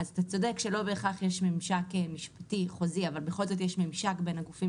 אתה צודק שלא בהכרח יש ממשק משפטי חוזי אבל בכל זאת יש ממשק בין הגופים,